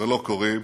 ולא קורים,